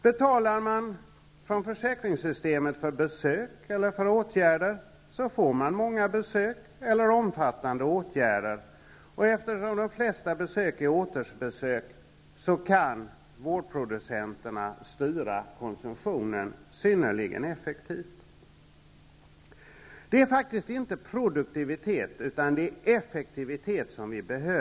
Betalar man från försäkringssystemet för besök eller för åtgärder, får man många besök eller omfattande åtgärder, och eftersom de flesta besök är återbesök kan vårdproducenterna styra konsumtionen synnerligen effektivt. Det är faktiskt inte produktivitet utan det är effektivitet som vi behöver.